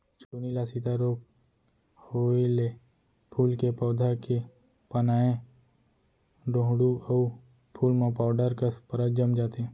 चूर्निल आसिता रोग होउए ले फूल के पउधा के पानाए डोंहड़ू अउ फूल म पाउडर कस परत जम जाथे